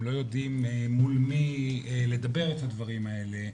הם לא יודעים מול מי לדבר את הדברים האלה,